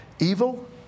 Evil